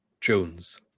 Jones